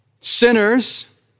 Sinners